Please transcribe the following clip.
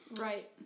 Right